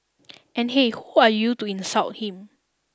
and hey who are you to insult him